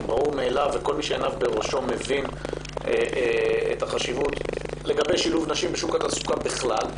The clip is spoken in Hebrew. כל מי שעיניו בראשו מבין את החשיבות לגבי שילוב נשים בשוק התעסוקה בכלל,